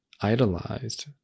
idolized